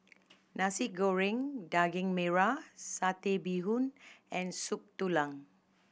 Nasi Goreng Daging Merah Satay Bee Hoon and Soup Tulang